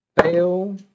fail